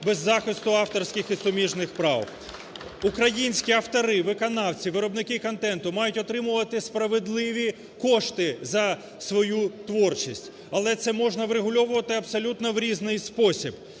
без захисту авторських прав і суміжних прав. (Оплески) Українські автори, виконавці, виробники контенту мають отримувати справедливі кошти за свою творчість, але це можна врегульовувати абсолютно в різний спосіб.